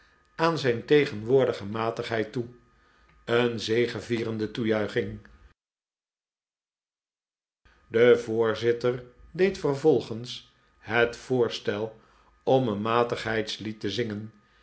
aan zijn tegenwoordige matigheid toe een zegevierende toejuiching de voorzitter deed vervolgens het voorstel om een matigheidslied te zingen